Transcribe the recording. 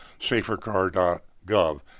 safercar.gov